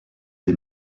des